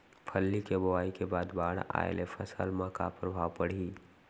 फल्ली के बोआई के बाद बाढ़ आये ले फसल मा का प्रभाव पड़ही?